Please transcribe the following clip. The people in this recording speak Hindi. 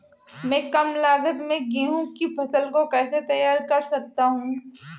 मैं कम लागत में गेहूँ की फसल को कैसे तैयार कर सकता हूँ?